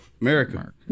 America